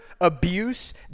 abuse